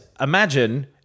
imagine